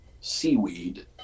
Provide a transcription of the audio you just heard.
seaweed